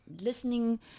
listening